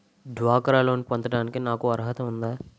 డ్వాక్రా లోన్ పొందటానికి నాకు అర్హత ఉందా?